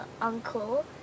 uncle